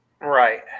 Right